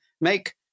make